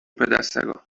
پدسگا